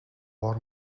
бор